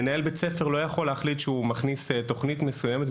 מנהל בית הספר לא יכול להחליט שהוא מכניס תוכנית מסוימת,